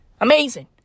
Amazing